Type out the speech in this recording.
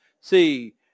See